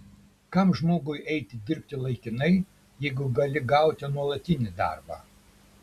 kam žmogui eiti dirbti laikinai jeigu gali gauti nuolatinį darbą